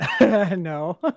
no